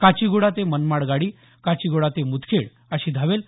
काचीगुडा ते मनमाड गाडी काचीगुडा ते मुदखेड अशी धावेल